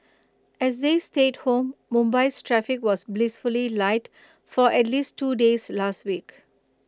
as they stayed home Mumbai's traffic was blissfully light for at least two days last week